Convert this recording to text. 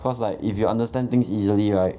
cause like if you understand things easily right